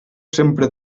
sempre